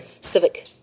Civic